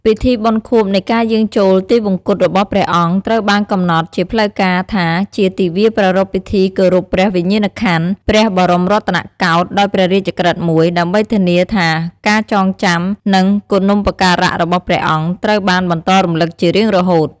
ពិធីបុណ្យខួបនៃការយាងចូលទិវង្គតរបស់ព្រះអង្គត្រូវបានកំណត់ជាផ្លូវការថាជា ទិវាប្រារព្ធពិធីគោរពព្រះវិញ្ញាណក្ខន្ធ ព្រះបរមរតនកោដ្ឋ ដោយព្រះរាជក្រឹត្យមួយ ដើម្បីធានាថាការចងចាំ និងគុណូបការៈរបស់ព្រះអង្គត្រូវបានបន្តរំលឹកជារៀងរហូត។